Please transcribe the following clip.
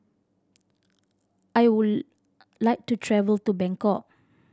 I would like to travel to Bangkok